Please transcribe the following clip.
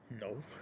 No